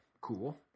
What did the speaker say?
Cool